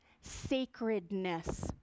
sacredness